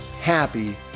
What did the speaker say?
happy